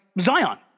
Zion